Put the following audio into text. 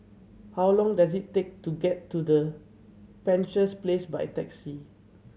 how long does it take to get to the Penshurst Place by taxi